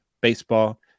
baseball